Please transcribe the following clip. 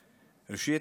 ראשית,